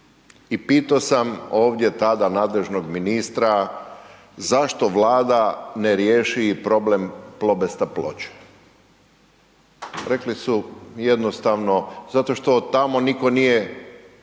I pitao sam ovdje tada nadležnog ministra zašto Vlada ne riješi i problem Plobesta Ploče. Rekli su jednostavno zato što tamo nitko nije